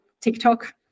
TikTok